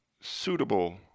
suitable